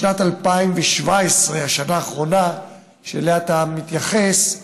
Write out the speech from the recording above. בשנת 2017, השנה האחרונה שאליה אתה מתייחס,